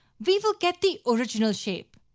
we will get the original shape.